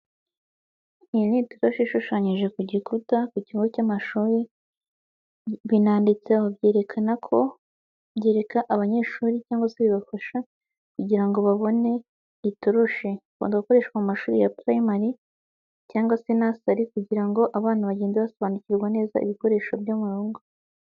lyi n'itoroshi ishushanyije ku gikuta, ku kigo cy'amashuri binanditseho, byerekana ko byereka abanyeshuri cyangwa se bibafasha kugira ngo babone itoroshi, bikunda gukoreshwa mu amashuri ya primary cyangwa se nusary, kugira ngo abana bagende basobanukirwa neza ibikoresho byo mu ngo.